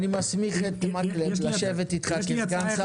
אני מסמיך את חבר הכנסת מקלב לשבת איתך כסגן שר